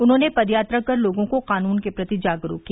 उन्होंने पदयात्रा कर लोगों को कानून के प्रति जागरूक किया